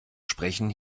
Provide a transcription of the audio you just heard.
sprechen